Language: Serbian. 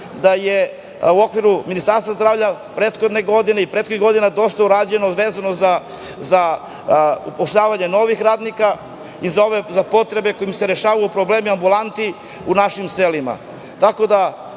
je u okviru prethodne godine i prethodnih godina dosta urađeno vezano za upošljavanje novih radnika i za potrebe kojima se rešavaju problemi ambulanti u našim selima.